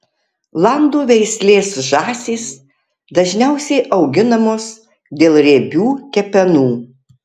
landų veislės žąsys dažniausiai auginamos dėl riebių kepenų